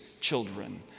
children